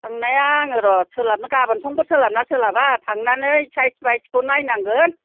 थांनाया आङो र' सोलाबनाया गाबोन समफोर सोलाबो ना सोलाबा थांनानै सायज बायजखौ नायनांगोन